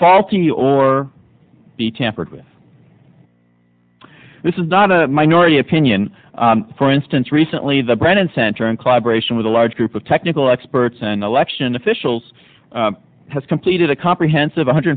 faulty or be tampered with this is not a minority opinion for instance recently the brennan center in collaboration with a large group of technical experts and election officials has completed a comprehensive